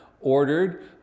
ordered